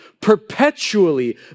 perpetually